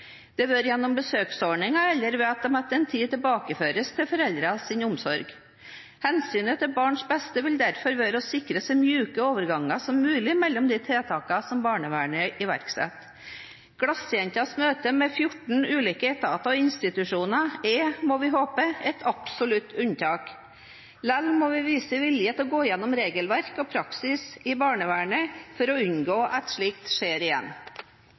det være seg gjennom besøksordningen eller ved at de etter en tid tilbakeføres til foreldrenes omsorg. Hensynet til barns beste vil derfor være å sikre seg så myke overganger som mulig mellom de tiltakene som barnevernet iverksetter. «Glassjenta»s møte med 14 ulike etater og institusjoner er – får vi håpe – et absolutt unntak. Likevel må vi vise vilje til å gå gjennom regelverk og praksis i barnevernet for å unngå at slikt skjer igjen.